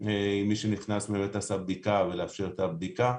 אם מי שנכנס באמת עשה בדיקה ולאפשר את הבדיקה.